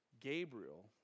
Gabriel